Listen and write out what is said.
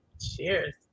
Cheers